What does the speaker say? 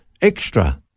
extra